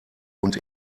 und